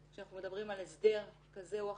כשאנחנו מדברים על הסדר כזה או אחר,